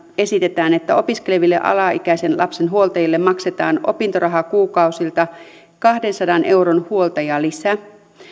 esitetään että opiskeleville alaikäisen lapsen huoltajille maksetaan opintorahakuukausilta kahdensadan euron huoltajalisä